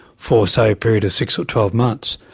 for say a period of six or twelve months,